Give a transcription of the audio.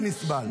זה בלתי נסבל.